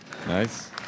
Nice